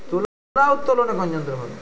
তুলা উত্তোলনে কোন যন্ত্র ভালো?